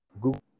google